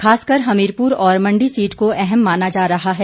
खासकर हमीरपुर और मंडी सीट को अहम माना जा रहा है